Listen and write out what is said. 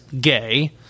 gay